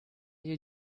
you